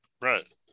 Right